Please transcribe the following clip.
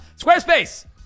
Squarespace